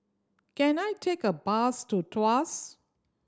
can I take a bus to Tuas